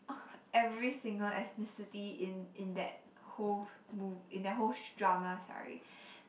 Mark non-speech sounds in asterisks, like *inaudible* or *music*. *noise* every single ethnicity in in that whole move in that whole drama sorry